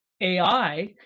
AI